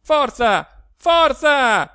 forza forza